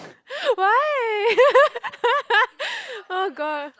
why oh god